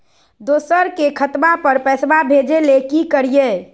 दोसर के खतवा पर पैसवा भेजे ले कि करिए?